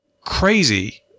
crazy